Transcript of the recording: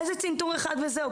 איזה צנתור אחד וזהו?